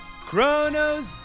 chrono's